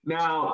now